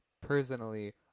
personally